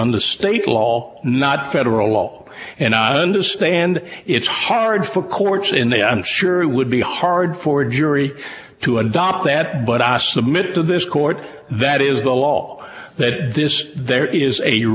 on the state law not federal law and i understand it's hard for courts in the i'm sure would be hard for a jury to adopt that but i submit to this court that is the law that this there is a